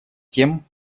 тем